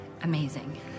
amazing